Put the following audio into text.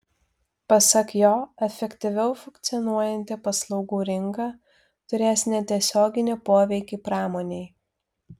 pasak jo efektyviau funkcionuojanti paslaugų rinka turės netiesioginį poveikį pramonei